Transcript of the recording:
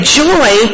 joy